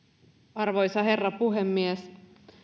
arvoisa herra puhemies